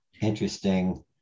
interesting